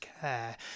care